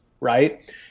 right